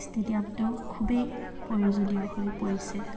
ষ্টেডিয়ামটো খুবেই প্ৰয়োজনীয় হৈ পৰিছে